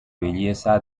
belleza